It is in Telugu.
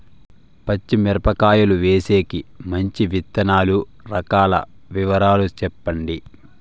పచ్చి మిరపకాయలు వేసేకి మంచి విత్తనాలు రకాల వివరాలు చెప్పండి?